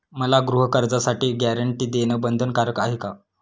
मला गृहकर्जासाठी गॅरंटी देणं बंधनकारक आहे का?